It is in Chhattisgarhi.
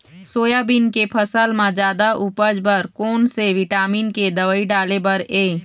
सोयाबीन के फसल म जादा उपज बर कोन से विटामिन के दवई डाले बर ये?